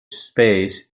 space